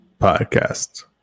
podcast